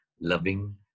loving